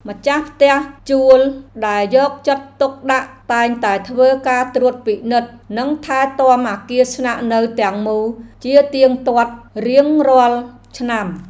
ម្ចាស់ផ្ទះជួលដែលយកចិត្តទុកដាក់តែងតែធ្វើការត្រួតពិនិត្យនិងថែទាំអគារស្នាក់នៅទាំងមូលជាទៀងទាត់រៀងរាល់ឆ្នាំ។